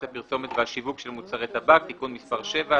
הפרסומת והשיווק של מוצרי טבק (תיקון מס' 7),